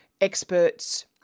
experts